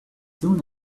soon